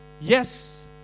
Yes